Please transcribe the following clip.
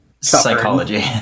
psychology